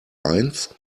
eins